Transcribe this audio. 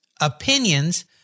opinions